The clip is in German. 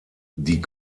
die